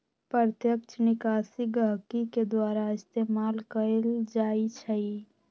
प्रत्यक्ष निकासी गहकी के द्वारा इस्तेमाल कएल जाई छई